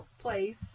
place